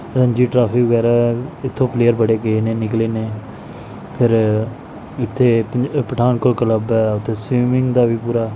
Ranji trophy ਵਗੈਰਾ ਇੱਥੋਂ player ਬੜੇ ਗਏ ਨੇ ਨਿਕਲੇ ਨੇ ਫਿਰ ਇੱਥੇ ਪ ਪਠਾਨਕੋਟ ਕਲੱਬ ਹੈ ਉੱਥੇ ਸਵੀਮਿੰਗ ਦਾ ਵੀ ਪੂਰਾ